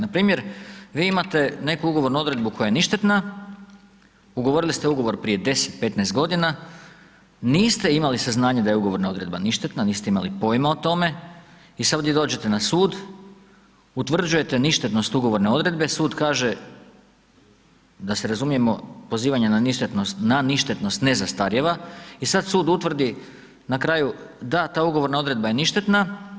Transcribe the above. Npr. vi imate neku ugovornu odredbu koja je ništetna, ugovorili ste ugovor prije 10, 15 godina, niste imali saznanja da je ugovorna odredba ništetna, niste imali pojima o tome i sad ovdje dođete na sud, utvrđujete ništetnost ugovorne odredbe, sud kaže da se razumijemo, pozivanje na ništetnost ne zastarijeva i sad sud utvrdi na kraju da ta ugovorna odredba je ništetna.